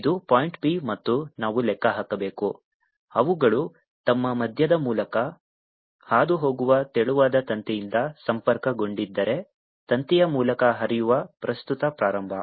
ಇದು point P ಮತ್ತು ನಾವು ಲೆಕ್ಕ ಹಾಕಬೇಕು ಅವುಗಳು ತಮ್ಮ ಮಧ್ಯದ ಮೂಲಕ ಹಾದುಹೋಗುವ ತೆಳುವಾದ ತಂತಿಯಿಂದ ಸಂಪರ್ಕಗೊಂಡಿದ್ದರೆ ತಂತಿಯ ಮೂಲಕ ಹರಿಯುವ ಪ್ರಸ್ತುತ ಪ್ರಾರಂಭ